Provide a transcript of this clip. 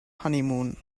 honeymoon